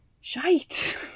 Shite